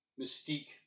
Mystique